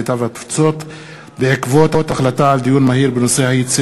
הקליטה והתפוצות בעקבות דיון מהיר בהצעתה של חברת הכנסת יפעת קריב בנושא: